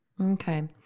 Okay